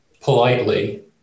politely